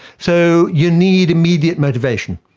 so you need immediate motivation.